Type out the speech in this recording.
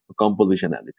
compositionality